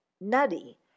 nutty